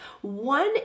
One